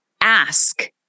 ask